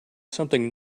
something